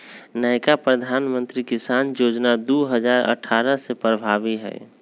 नयका प्रधानमंत्री किसान जोजना दू हजार अट्ठारह से प्रभाबी हइ